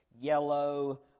yellow